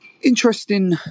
interesting